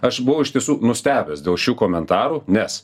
aš buvau iš tiesų nustebęs dėl šių komentarų nes